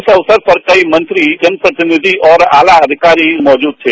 इस अवसर पर कई मंत्री जनप्रतिनिधि और आलाअधिकारी मौजूद थे